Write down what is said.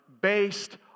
based